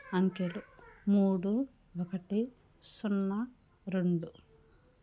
అంకెలు మూడు ఒకటి సున్నా రెండు